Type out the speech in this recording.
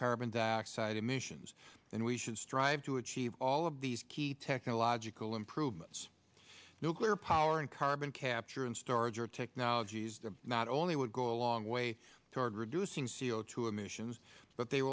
carbon dioxide emissions and we should strive to achieve all of these key technological improvements nuclear power and carbon capture and storage or technologies not only would go a long way toward reducing c o two emissions but they